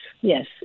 yes